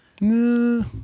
no